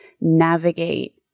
navigate